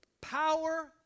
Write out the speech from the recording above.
power